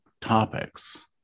topics